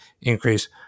increase